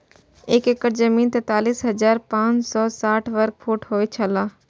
एक एकड़ जमीन तैंतालीस हजार पांच सौ साठ वर्ग फुट होय छला